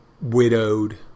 widowed